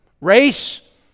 Race